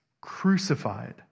crucified